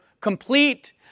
complete